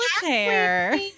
hair